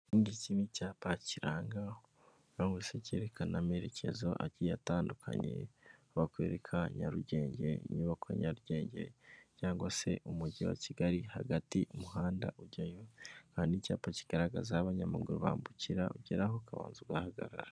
Iki ngiki ni icyapa kiranga cyangwa se cyerekana amerekezo agiye atandukanye, aho bakwereka Nyarugenge, inyubako ya Nyarugenge cyangwa se umujyi wa Kigali hagati umuhanda ujyayo, hakaba n'icyapa kigaragaza aho abanyamaguru bambukira ugeraho ukabanza ugahagarara.